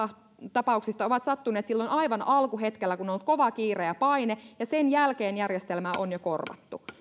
tapauksista ovat sattuneet silloin aivan alkuhetkellä kun on ollut kova kiire ja paine ja sen jälkeen järjestelmää on jo korvattu